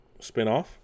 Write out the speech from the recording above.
spinoff